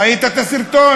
ראית את הסרטון?